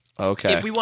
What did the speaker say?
Okay